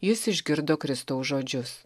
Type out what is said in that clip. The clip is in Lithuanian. jis išgirdo kristaus žodžius